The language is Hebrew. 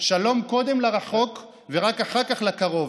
שלום קודם לרחוק ורק אחר כך לקרוב,